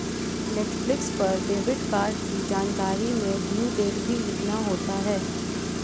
Netflix पर debit card की जानकारी में ड्यू डेट भी लिखना होता है